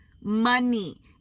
money